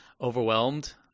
overwhelmed